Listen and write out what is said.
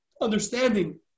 understanding